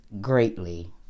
greatly